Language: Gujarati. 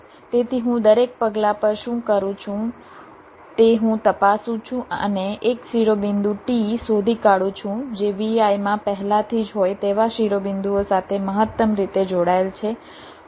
તેથી હું દરેક પગલાં પર શું કરું છું તે હું તપાસું છું અને એક શિરોબિંદુ t શોધી કાઢું છું જે Vi માં પહેલાથી જ હોય તેવા શિરોબિંદુઓ સાથે મહત્તમ રીતે જોડાયેલ છે